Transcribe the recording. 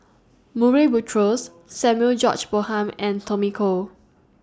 Murray Buttrose Samuel George Bonham and Tommy Koh